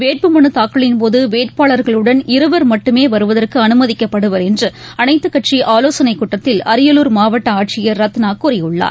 வேட்பு மனு தாக்கலின் போது வேட்பாளர்களுடன் இருவர் மட்டுமே வருவதற்கு அனுமதிக்கப்படுவர் என்று அனைத்துக் கட்சி ஆலோசனை கூட்டத்தில் அரியலூர் மாவட்ட ஆட்சியர் ரத்னா கூறியுள்ளார்